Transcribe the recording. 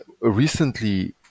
Recently